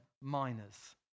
miners